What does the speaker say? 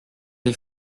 des